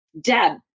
Deb